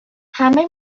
همه